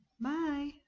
bye